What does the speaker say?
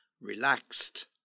relaxed